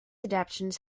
adaptations